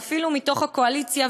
ואפילו מתוך הקואליציה,